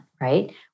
right